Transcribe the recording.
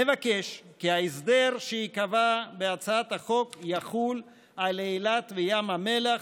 נבקש כי ההסדר שייקבע בהצעת החוק יחול על אילת וים המלח,